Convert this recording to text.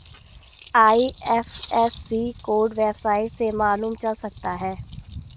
IFSC code website से मालूम चल सकता है